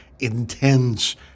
Intense